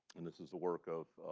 and this is the work of